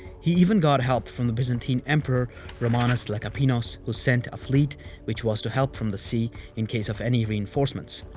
he even got help from the byzantine emperor romanus lecapenus who sent a fleet which was to help from the sea, in case of any reinforcements.